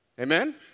Amen